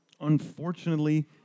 unfortunately